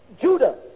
Judah